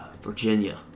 Virginia